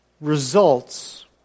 results